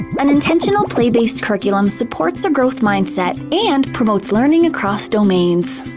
an intentional play based curriculum supports a growth mindset, and promotes learning across domains.